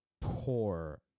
poor